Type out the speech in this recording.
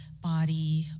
body